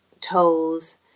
toes